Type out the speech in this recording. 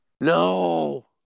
No